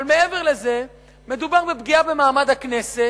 אבל מעבר לזה מדובר בפגיעה במעמד הכנסת,